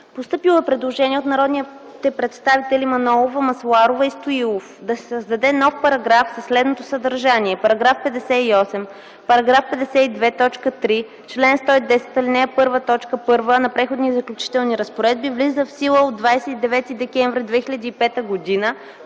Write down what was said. Постъпило е предложение от народните представители Манолова, Масларова и Стоилов: Да се създаде нов параграф със следното съдържание: „§ 58. Параграф 52, т. 3, чл. 110, ал. 1, т. 1 на Преходните и заключителни разпоредби влиза в сила от 29 декември 2005 г.”